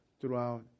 throughout